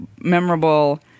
memorable